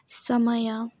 समय